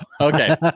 Okay